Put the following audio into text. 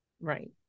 Right